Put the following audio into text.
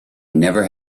never